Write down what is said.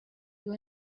you